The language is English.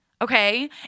Okay